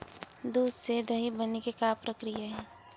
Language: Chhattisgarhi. दूध से दही बने के का प्रक्रिया हे?